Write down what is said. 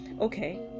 Okay